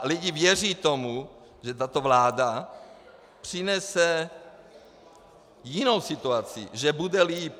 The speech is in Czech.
Lidi věří tomu, že tato vláda přinese jinou situaci, že bude líp.